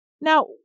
Now